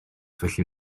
felly